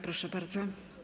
Proszę bardzo.